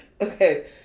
Okay